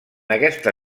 aquesta